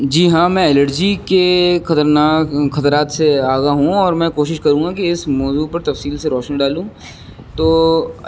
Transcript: جی ہاں میں الرجی کے خطرناک خطرات سے آگاہ ہوں اور میں کوشش کروں گا کہ اس موضوع پر تفصیل سے روشنی ڈالوں تو